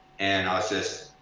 and i was just,